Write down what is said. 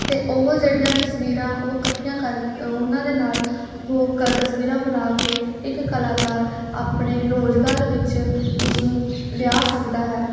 ਅਤੇ ਉਹ ਜਿਹੜੀਆਂ ਤਸਵੀਰਾਂ ਉਹ ਇਕੱਠੀਆਂ ਕਰ ਉਹਨਾਂ ਦੇ ਨਾਲ ਉਹ ਕ ਤਸਵੀਰਾਂ ਬਣਾ ਕੇ ਇੱਕ ਕਲਾਕਾਰ ਆਪਣੇ ਰੁਜ਼ਗਾਰ ਵਿੱਚ ਉਸ ਨੂੰ ਲਿਆ ਸਕਦਾ ਹੈ